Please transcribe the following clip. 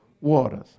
waters